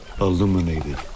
illuminated